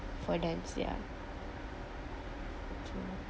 for dance ya okay